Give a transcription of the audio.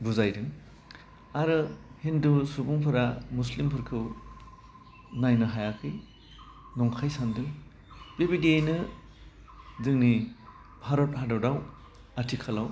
बुजायदों आरो हिन्दु सुबुंफोरा मुस्लिमफोरखौ नायनो हायाखै नंखाइ सान्दों बेबायदियैनो जोंनि भारत हादराव आथिखालाव